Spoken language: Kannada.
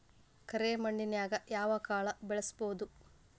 ಕರೆ ಮಣ್ಣನ್ಯಾಗ್ ಯಾವ ಕಾಳ ಬೆಳ್ಸಬೋದು?